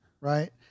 right